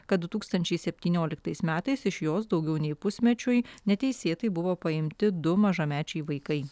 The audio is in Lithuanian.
kad du tūkstančiai septynioliktais metais iš jos daugiau nei pusmečiui neteisėtai buvo paimti du mažamečiai vaikai